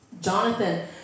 Jonathan